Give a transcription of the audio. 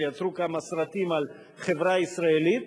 שיצרו כמה סרטים על החברה הישראלית,